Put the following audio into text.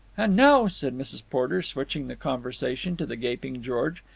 and now, said mrs. porter, switching the conversation to the gaping george,